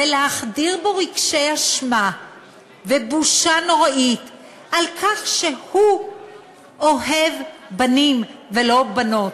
ולהחדיר בו רגשי אשמה ובושה נוראית על כך שהוא אוהב בנים ולא בנות,